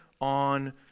on